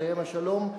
עליהם השלום,